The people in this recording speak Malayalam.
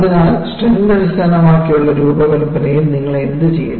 അതിനാൽ സ്ട്രെങ്ത് അടിസ്ഥാനമാക്കിയുള്ള രൂപകൽപ്പനയിൽ നിങ്ങൾ എന്തുചെയ്യുന്നു